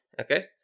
okay